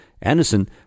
Anderson